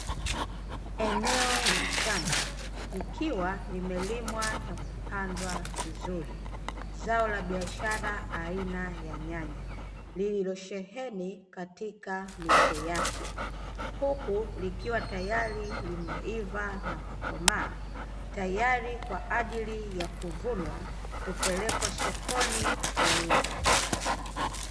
Eneo la shamba likiwa limelimwa na kupandwa vizuri zao la biashara aina ya nyanya lililosheheni katika miche yake, huku likiwa tayari limeiva na kukomaa tayari kwa ajili ya kuvunwa kupelekwa sokoni kuuzwa.